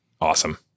awesome